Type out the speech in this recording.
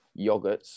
yogurts